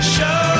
Show